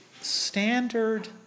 standard